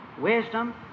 Wisdom